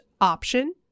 option